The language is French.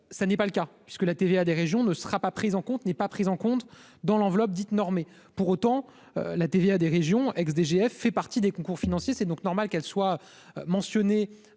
ça n'est pas le cas puisque la TVA des régions ne sera pas prise en compte, n'est pas pris en compte dans l'enveloppe dite normée pour autant la TVA des régions ex-DGF fait partie des concours financiers, c'est donc normal qu'elle soit mentionné